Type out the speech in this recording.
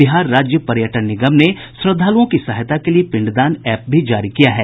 बिहार राज्य पर्यटन निगम ने श्रद्वालुओं की सहायता के लिये पिंडदान एप्प भी जारी किया है